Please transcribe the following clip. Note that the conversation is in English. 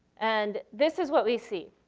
and this is what we see.